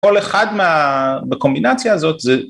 כל אחד מה..בקומבינציה הזאת זה..